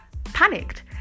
panicked